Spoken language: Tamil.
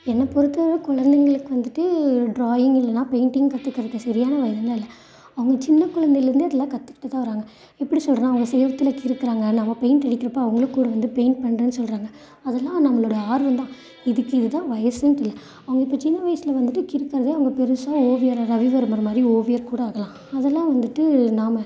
என்னை பொறுத்த வர குழந்தைங்களுக்கு வந்துட்டு டிராயிங் இல்லைனா பெயிண்டிங் கத்துக்கிறதுக்கு சரியான வயதுன்லாம் இல்லை அவங்க சின்ன குழந்தைலேருந்தே அதல்லாம் கத்துகிட்டுதான் வராங்க எப்படி சொல்றேனா அவங்க சுவத்துல கிறுக்குறாங்க நம்ம பெயிண்ட் அடிக்கிறப்போ அவங்களும் கூட வந்து பெயிண்ட் பண்றதுன்னு சொல்கிறாங்க அதுலாம் நம்மளோட ஆர்வந்தான் இதுக்கு இதுதான் வயசுன்ட்டு இல்லை அவங்க இப்போது சின்ன வயதுல வந்துட்டு கிறுக்குறதை அவங்க பெருசாக ஓவியராக ரவிவர்மர் மாதிரி ஓவியர் கூட ஆகலாம் அதல்லாம் வந்துட்டு நாம